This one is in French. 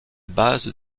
base